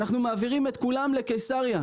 אנחנו מעבירים את כולם לקיסריה.